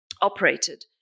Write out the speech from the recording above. operated